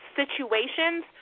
situations